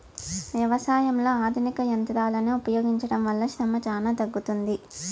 వ్యవసాయంలో ఆధునిక యంత్రాలను ఉపయోగించడం వల్ల శ్రమ చానా తగ్గుతుంది